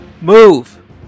Move